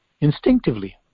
Instinctively